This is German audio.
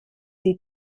die